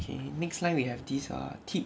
okay next line we have these err tip